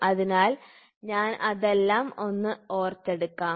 അതിനാൽ ഞാൻ അതെല്ലാം ഒന്ന് ഓർത്തെടുക്കാം